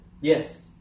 Yes